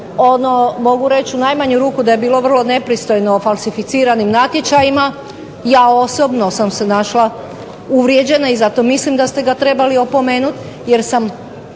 mogu reći u najmanju ruku da je bilo vrlo nepristojno o falsificiranim natječajima, ja osobno sam se našla uvrijeđena, i zato mislim da ste ga trebali opomenuti jer sam